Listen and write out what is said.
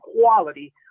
quality